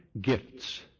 gifts